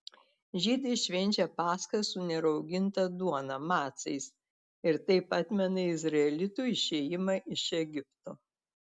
žydai švenčia paschą su nerauginta duona macais ir taip atmena izraelitų išėjimą iš egipto